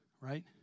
right